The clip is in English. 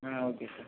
okay sir